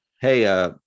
Hey